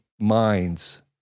minds